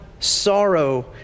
Sorrow